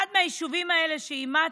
אחד מהיישובים האלה, שאימצתי,